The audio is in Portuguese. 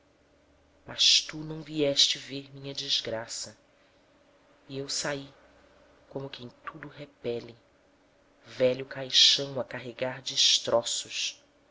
mas tu não vieste ver minha desgraça e eu saí como quem tudo repele velho caixão a carregar destroços